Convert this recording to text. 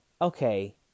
Okay